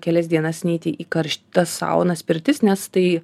kelias dienas neiti į karštas saunas pirtis nes tai